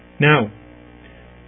Now